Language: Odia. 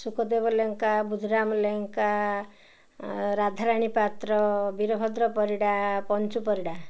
ସୁଖଦେବ ଲେଙ୍କା ବୁଧୁରାମ ଲେଙ୍କା ରାଧାରାଣୀ ପାତ୍ର ବୀରଭଦ୍ର ପରିଡ଼ା ପଞ୍ଚୁ ପରିଡ଼ା